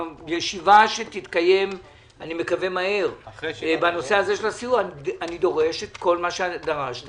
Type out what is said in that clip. שלישיבה שתתקיים בנושא הזה של הסיוע אני דורש את כל מה שדרשת,